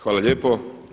Hvala lijepo.